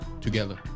together